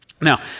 Now